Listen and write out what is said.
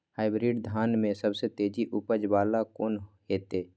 Hybrid धान में सबसे बेसी उपज बाला कोन हेते?